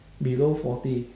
below forty